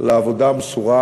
העבודה המסורה,